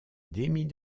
démis